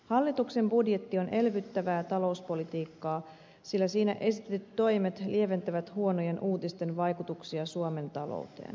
hallituksen budjetti on elvyttävää talouspolitiikkaa sillä siinä esitetyt toimet lieventävät huonojen uutisten vaikutuksia suomen talouteen